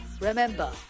Remember